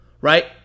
right